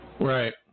Right